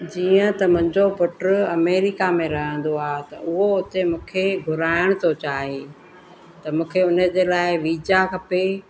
जीअं त मुंहिंजो पुटु अमेरिका में रहंदो आहे त उहो हुते मूंखे घुराइण थो चाहे त मूंखे उन जे लाइ वीजा खपे